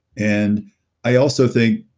and i also think,